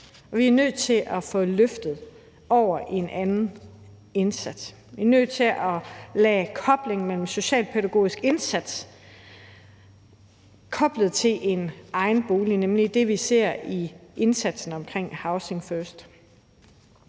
Vi nødt til at få løftet det over i en anden indsats. Vi er nødt til at koble en socialpædagogisk indsats til en egen bolig, nemlig det, vi ser i indsatsen omkring housing first.